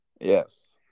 Yes